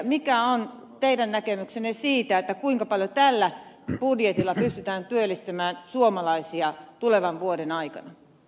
mikä on teidän näkemyksenne siitä kuinka paljon tällä budjetilla pystytään työllistämään suomalaisia tulevan vuoden aikana